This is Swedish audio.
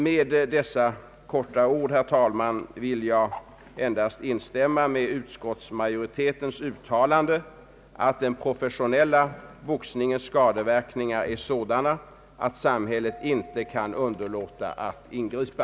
Med dessa få ord, herr talman, vill jag endast instämma i utskottsmajoritetens uttalande, att den professionella boxningens skadeverkningar är sådana att samhället inte kan underlåta att ingripa.